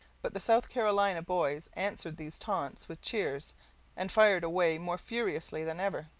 but the south carolina boys answered these taunts with cheers and fired away more furiously than ever.